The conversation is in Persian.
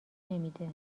نمیده